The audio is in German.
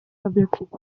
verwirklicht